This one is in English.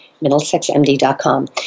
MiddlesexMD.com